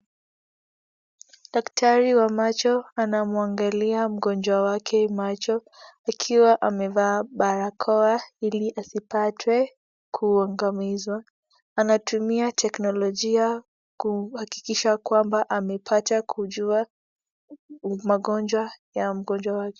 Daktari wa macho anamwangalia mgonjwa wake macho akiwa amevaa barakoa ili asipatwe kuangamizwa. Anatumia teknolojia kuhakikisha kwamba amepata kujua magonjwa ya mgonjwa wake.